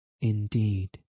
Indeed